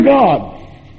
God